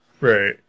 Right